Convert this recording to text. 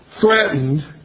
threatened